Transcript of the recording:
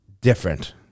different